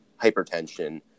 hypertension